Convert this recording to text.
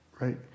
right